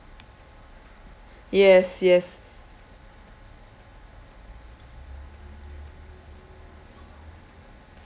yes yes